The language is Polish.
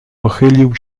pochylił